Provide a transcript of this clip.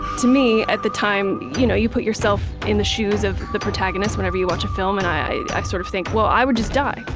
to me, at the time, you know you put yourself in the shoes of the protagonist, whenever you watch a film, and i i sort of think, well, i would just die.